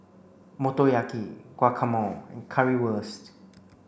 Motoyaki Guacamole and Currywurst